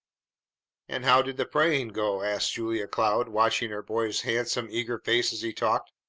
and how did the praying go? asked julia cloud, watching her boy's handsome, eager face as he talked.